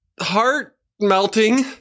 heart-melting